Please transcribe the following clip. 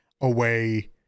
away